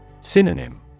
Synonym